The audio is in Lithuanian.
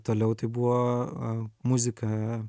toliau tai buvo a muzika